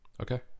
Okay